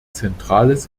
zentrales